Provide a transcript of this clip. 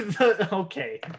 Okay